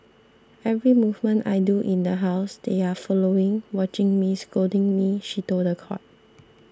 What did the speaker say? every movement I do in the house they are following watching me scolding me she told the court